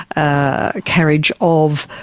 a carriage of